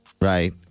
Right